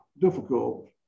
difficult